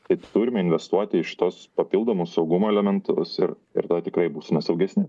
tai turime investuoti į šituos papildomus saugumo elementus ir ir tada tikrai būsime saugesni